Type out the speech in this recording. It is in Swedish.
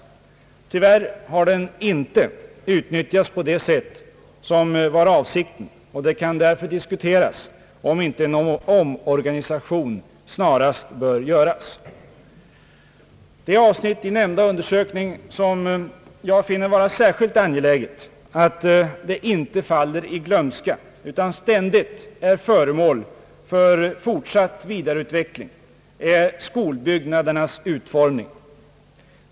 Tyvärr har den icke utnyttjats på det sätt som var avsikten, och det kan därför diskuteras om inte en omorganisation snarast bör göras. Det avsnitt i nämnda undersökning som jag finner vara särskilt angeläget att det inte faller i glömska utan ständigt är föremål för fortsatt vidareutveckling är skolbyggnadernas utformning.